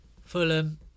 Fulham